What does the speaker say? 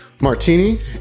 martini